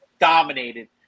dominated